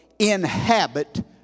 Inhabit